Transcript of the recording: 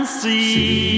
see